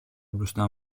μπροστά